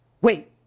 wait